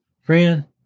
Friend